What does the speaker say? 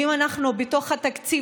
ואם בתוך התקציב,